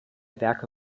werke